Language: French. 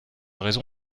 raison